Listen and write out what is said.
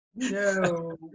No